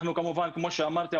כמו שאמרתי,